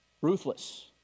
ruthless